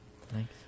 thanks